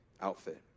outfit